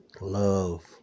love